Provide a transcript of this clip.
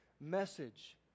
message